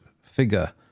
figure